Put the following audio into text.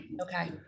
Okay